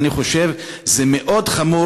אני חושב שזה מאוד חמור,